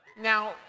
Now